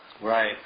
Right